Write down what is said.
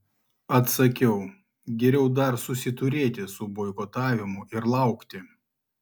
atsakiau geriau dar susiturėti su boikotavimu ir laukti